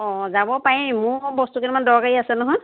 অঁ যাব পাৰিম মোৰো বস্তু কেইটামান দৰকাৰী আছে নহয়